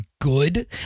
good